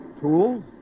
tools